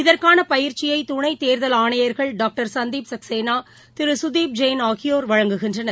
இதற்கான பயிற்சியை துணை தேர்தல் ஆணையர்கள் டாக்டர் சந்தீப் சக்சேனா திரு சுதீப் ஜெயின் ஆகியோர் வழங்குகின்றனர்